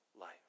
life